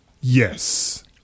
Yes